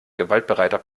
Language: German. gewaltbereiter